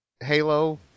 Halo